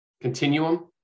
continuum